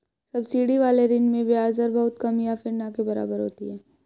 subsidy वाले ऋण में ब्याज दर बहुत कम या फिर ना के बराबर होती है